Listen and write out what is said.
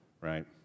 right